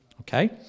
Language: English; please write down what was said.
Okay